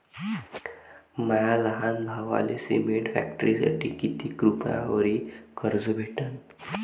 माया लहान भावाले सिमेंट फॅक्टरीसाठी कितीक रुपयावरी कर्ज भेटनं?